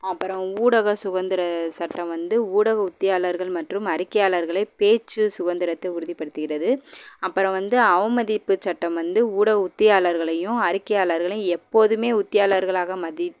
அப்புறம் ஊடக சுகந்திர சட்டம் வந்து ஊடக உத்தியாளர்கள் மற்றும் அறிக்கையாளர்களை பேச்சு சுதந்திரத்தை உறுதிப்படுத்துகிறது அப்புறம் வந்து அவமதிப்பு சட்டம் வந்து ஊடக உத்தியாளர்களையும் அறிக்கையாளர்களையும் எப்பொழுதுமே உத்தியாளர்களாக மதித்